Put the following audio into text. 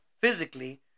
physically